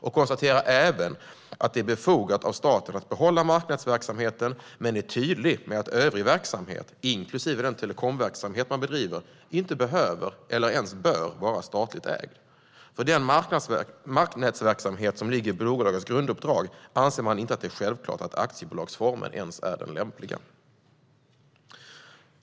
Man konstaterar även att det är befogat att staten behåller marknätsverksamheten men är tydlig med att övrig verksamhet, inklusive den telekomverksamhet man bedriver, inte behöver eller bör vara statligt ägd. För den marknätsverksamhet som ligger i bolagets grunduppdrag anser man inte ens att det är självklart att aktiebolagsformen är den lämpliga.